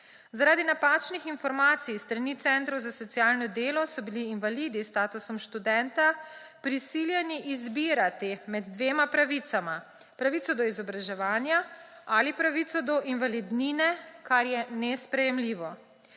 Zaradi napačnih informacij s strani centrov za socialno delo so bili invalidi s statusom študenta prisiljeni izbirati med dvema pravicama, pravico do izobraževanja ali pravico do invalidnine, kar je nesprejemljivo.